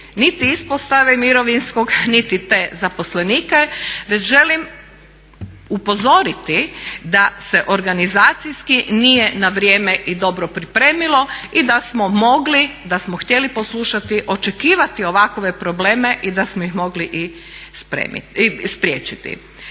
niti ispostave mirovinskog niti te zaposlenike već želim upozoriti da se organizacijski nije na vrijeme i dobro pripremilo i da smo mogli, da smo htjeli poslušati, očekivati ovakve probleme i da smo ih mogli i spriječiti.